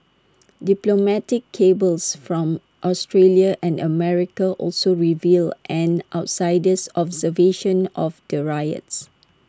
diplomatic cables from Australia and America also revealed an outsider's observation of the riots